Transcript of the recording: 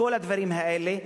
כל הדברים האלה,